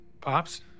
Pops